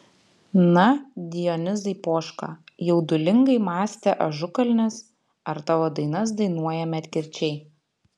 na dionizai poška jaudulingai mąstė ažukalnis ar tavo dainas dainuoja medkirčiai